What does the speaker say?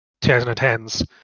2010s